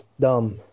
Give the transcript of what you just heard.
dumb